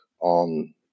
on